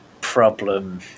problem